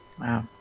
Wow